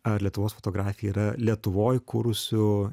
ar lietuvos fotografija yra lietuvoj kūrusių